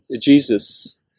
Jesus